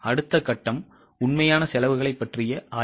அடுத்த கட்டம் உண்மையான செலவுகளைப் பற்றிய ஆய்வு